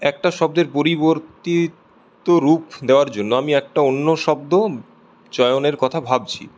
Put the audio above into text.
একটা শব্দের পরিবর্তিত রুপ দেওয়ার জন্য আমি একটা অন্য শব্দ চয়নের কথা ভাবছি